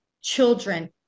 children